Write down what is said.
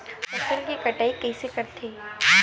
फसल के कटाई कइसे करथे?